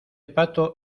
pato